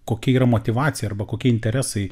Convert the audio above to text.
kokia yra motyvacija arba kokie interesai